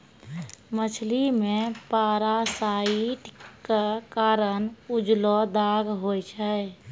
मछली मे पारासाइट क कारण उजलो दाग होय छै